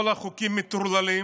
כל החוקים מטורללים,